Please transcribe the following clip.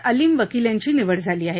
अलीम वकील यांची निवड झाली आहे